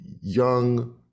young